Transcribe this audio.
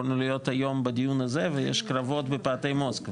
יכולנו להיות היום בדיון הזה ובו בזמן יש קרבות בפאתי מוסקבה,